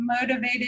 motivated